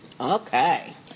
Okay